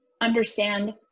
understand